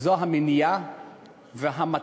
זה המניע והמטרה.